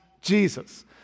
Jesus